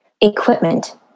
equipment